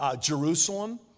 Jerusalem